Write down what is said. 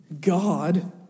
God